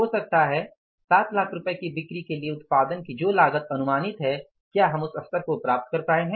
हो सकता है ७ लाख रुपये की बिक्री के लिए उत्पादन की जो लागत अनुमानित है क्या हम उस स्तर को प्राप्त कर पाए हैं